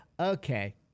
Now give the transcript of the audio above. Okay